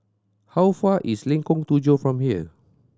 how far is Lengkong Tujuh from here